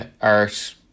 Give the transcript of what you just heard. art